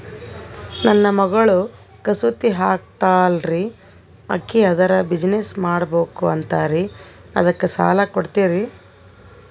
ನನ್ನ ಮಗಳು ಕಸೂತಿ ಹಾಕ್ತಾಲ್ರಿ, ಅಕಿ ಅದರ ಬಿಸಿನೆಸ್ ಮಾಡಬಕು ಅಂತರಿ ಅದಕ್ಕ ಸಾಲ ಕೊಡ್ತೀರ್ರಿ?